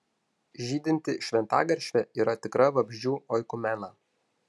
žydinti šventagaršvė yra tikra vabzdžių oikumena